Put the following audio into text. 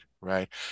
right